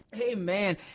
Amen